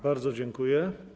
Bardzo dziękuję.